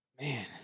Man